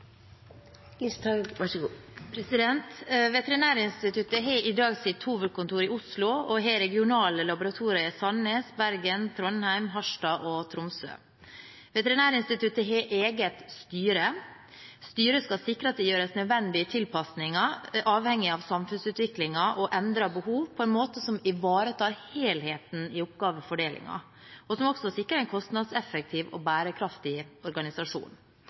har regionale laboratorier i Sandnes, Bergen, Trondheim, Harstad og Tromsø. Veterinærinstituttet har eget styre. Styret skal sikre at det gjøres nødvendige tilpasninger avhengig av samfunnsutviklingen og endrede behov på en måte som ivaretar helheten i oppgavefordelingen, og som også sikrer en kostnadseffektiv og bærekraftig organisasjon.